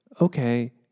okay